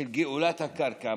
של גאולת הקרקע.